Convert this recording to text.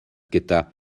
gyda